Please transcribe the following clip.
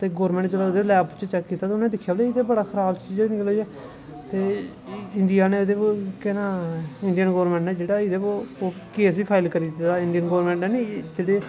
ते गौरमैंट नै जिसलै लैव च चैक कीता ते एह्दे च बड़ी खराब चीजां न ते इंडिया ने एह्दे पर केह् नांऽ इंडियन गौरमैंट नै एह्दे पर केस बी फाईल करी दित्ते दा इंडियन गौरमैंट नै